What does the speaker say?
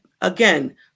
again